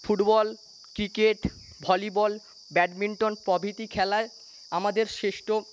football cricket volleyball badminton প্রভৃতি খেলায় আমাদের শ্রেষ্ঠ